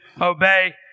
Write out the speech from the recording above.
obey